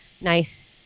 nice